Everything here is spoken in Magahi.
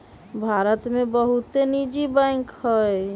भारत में बहुते निजी बैंक हइ